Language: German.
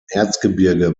erzgebirge